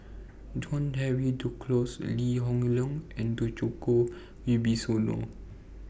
John Henry Duclos Lee Hoon Leong and Djoko Wibisono